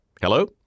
Hello